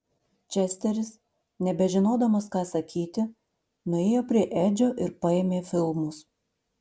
česteris nebežinodamas ką sakyti nuėjo prie edžio ir paėmė filmus